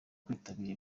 kwitabira